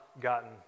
gotten